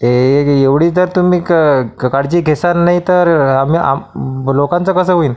हे एवढी जर तुम्ही काळजी घेशाल नाही तर आम्ही लोकांचं कसं होईल